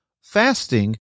fasting